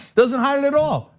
doesn't hide it at all.